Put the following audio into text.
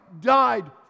died